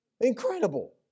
Incredible